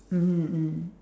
mmhmm mm